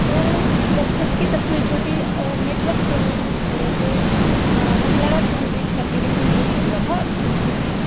تو جب خود کی تصویر چھوٹی اور نیٹورک پرابلم کی وجہ ہمیں لگا کہ ہم ڈلیٹ کر دی لیکن نہیں ڈلیٹ ہوا تھا جس سے چھوٹ گیا